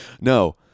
No